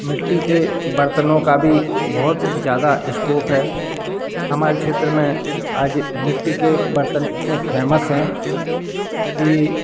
मिट्टी के बर्तनों का भी बहुत ज़्यादा इश्कोप है हमारे क्षेत्र में आज मिट्टी के बर्तन इतने फेमस हैं कि